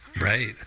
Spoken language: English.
Right